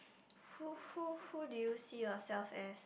who who who did you see yourself as